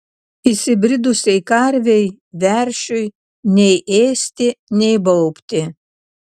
įsibridusiai karvei veršiui nei ėsti nei baubti